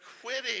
Quitting